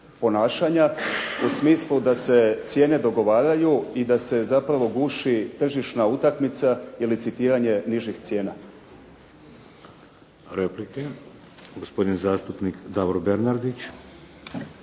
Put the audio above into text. ponašanja u smislu da se cijene dogovaraju i da se zapravo guši tržišna utakmica ili citiranje nižih cijena. **Šeks, Vladimir (HDZ)** Replike. Gospodin zastupnik Davor Bernardić.